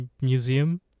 museum